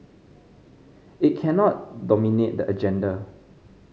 it cannot dominate the agenda